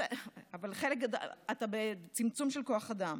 אתה בצמצום של כוח אדם.